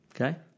Okay